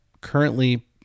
currently